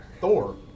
Thor